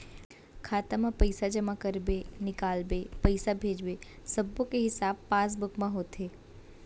खाता म पइसा जमा करबे, निकालबे, पइसा भेजबे सब्बो के हिसाब पासबुक म होथे